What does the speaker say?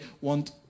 want